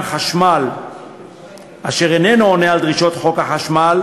חשמל אשר איננו עונה על דרישות חוק החשמל,